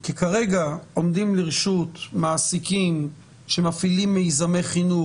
כי כרגע עומדים לרשות מעסיקים שמפעילים מיזמי חינוך